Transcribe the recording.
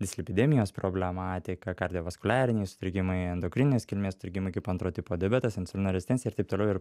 dislipidemijos problematika kardiovaskuliariniai sutrikimai endokrininės kilmės tarkim kaip antrojo tipo diabetas insulino rezistencija ir taip toliau ir